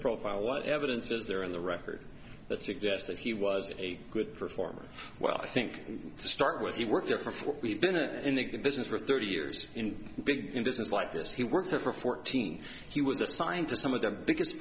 profile what evidence is there in the record that suggests that he was a good performer well i think to start with the work therefore we've been a in the business for thirty years in big business like this he worked there for fourteen he was assigned to some of the biggest